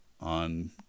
on